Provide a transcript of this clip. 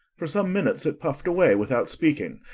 for some minutes it puffed away without speaking,